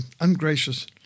ungracious